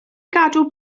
gadw